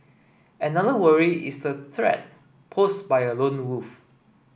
another worry is the threat posed by a lone wolf